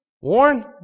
Warren